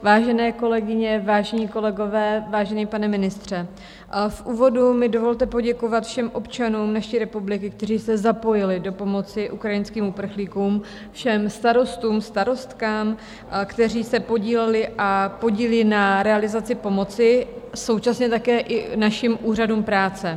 Vážené kolegyně, vážení kolegové, vážený pane ministře, v úvodu mi dovolte poděkovat všem občanům naší republiky, kteří se zapojili do pomoci ukrajinským uprchlíkům, všem starostům, starostkám, kteří se podíleli a podílí na realizaci pomoci, současně také i našim úřadům práce.